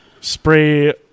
spray